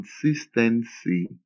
consistency